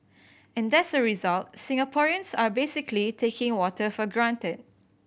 and as a result Singaporeans are basically taking water for granted